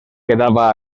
quedava